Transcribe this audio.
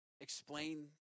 explain